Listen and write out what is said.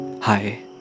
Hi